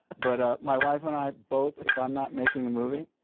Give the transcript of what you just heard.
but my wife and i both, if i'm not making a movie,